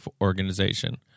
organization